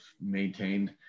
maintained